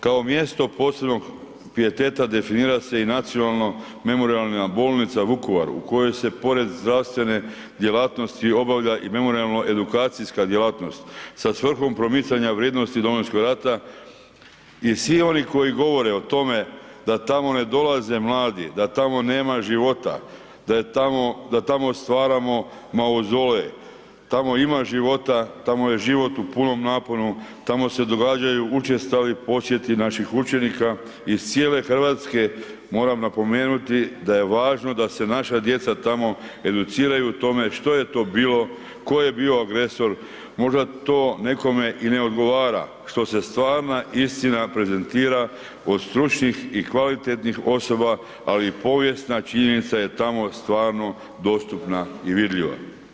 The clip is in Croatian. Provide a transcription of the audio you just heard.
Kao mjesto posebnog pijeteta definira se i Nacionalno memorijalna bolnica u Vukovaru u kojoj se pored zdravstvene djelatnosti obavlja i memorijalno edukacijska djelatnost sa svrhom promicanja vrijednosti Domovinskog rata i svi oni koji govore o tome da tamo ne dolaze mladi, da tamo nema života, da je tamo, da tamo stvaramo maozolej, tamo ima života, tamo je život u punom naponu, tamo se događaju učestali posjeti naših učenika iz cijele RH, moram napomenuti da je važno da se naša djeca tamo educiraju o tome što je to bilo, ko je bio agresor, možda to nekome i ne odgovara što se stvarna istina prezentira od stručnih i kvalitetnih osoba, ali i povijesna činjenica je tamo stvarno dostupna i vidljiva.